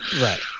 Right